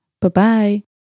Bye-bye